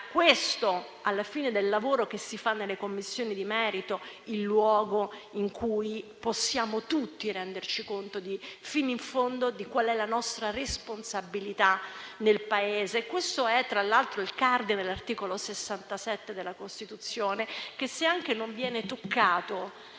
questo, alla fine del lavoro che si fa nelle Commissioni di merito, il luogo in cui possiamo tutti renderci conto fino in fondo di qual è la nostra responsabilità nel Paese e questo è, tra l'altro, il cardine dell'articolo 67 della Costituzione che, se anche non viene toccato